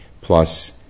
plus